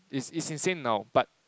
it's it's insane now but